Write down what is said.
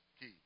key